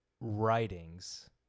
writings